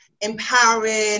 empowering